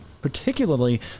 particularly